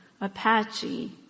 Apache